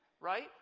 right